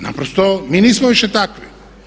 Naprosto mi nismo više takvi.